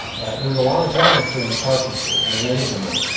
there's a lot of geometry in carpentry and masonry.